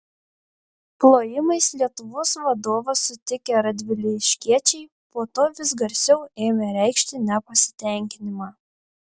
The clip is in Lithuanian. plojimais lietuvos vadovą sutikę radviliškiečiai po to vis garsiau ėmė reikšti nepasitenkinimą